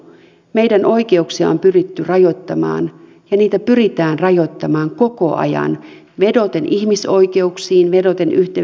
meidän oikeuksiamme on pyritty rajoittamaan ja niitä pyritään rajoittamaan koko ajan vedoten ihmisoikeuksiin vedoten yhdenvertaisuuteen vedoten milloin mihinkin